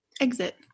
Exit